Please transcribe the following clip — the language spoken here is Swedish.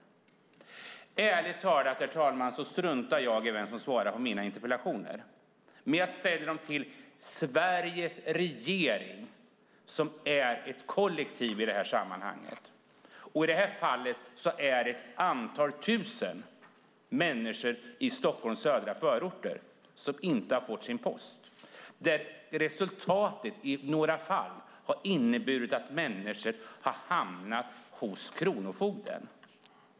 Herr talman! Jag struntar ärligt talat i vem som svarar på mina interpellationer. Men jag ställer dem till Sveriges regering som är ett kollektiv i det här sammanhanget. I det här fallet är det ett antal tusen människor i Stockholms södra förorter som inte har fått sin post, och resultatet har i några fall inneburit att människor har hamnat hos kronofogden.